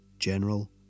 General